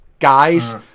guys